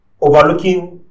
overlooking